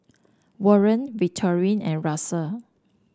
Warren Victorine and Russell